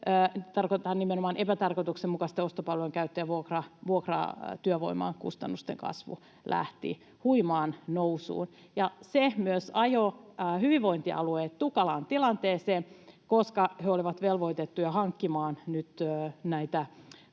tarkoitan nimenomaan epätarkoituksenmukaisten ostopalvelujen käyttöä — ja vuokratyövoiman kustannusten kasvu lähtivät huimaan nousuun. Se myös ajoi hyvinvointialueet tukalaan tilanteeseen, koska vaikka heillä ei